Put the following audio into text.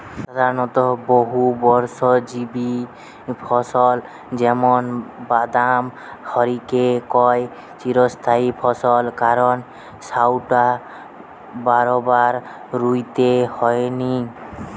সাধারণত বহুবর্ষজীবী ফসল যেমন বাদাম হারিকে কয় চিরস্থায়ী ফসল কারণ সউটা বারবার রুইতে হয়নি